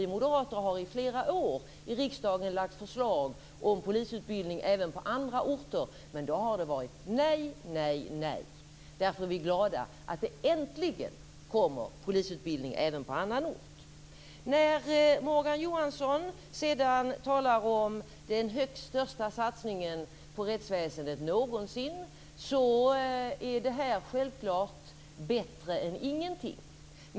Vi moderater har i flera år lagt fram förslag i riksdagen om polisutbildning även på andra orter, men då har man sagt nej till det. Därför är vi glada att det äntligen kommer polisutbildning även på annan ort. Sedan talar Morgan Johansson om den största satsningen på rättsväsendet någonsin. Detta är självfallet bättre än ingenting.